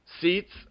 seats